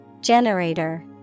Generator